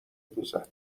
دوزد